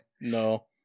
No